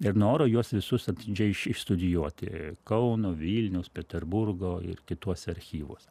ir noro juos visus atidžiai išstudijuoti kauno vilniaus peterburgo ir kituose archyvuose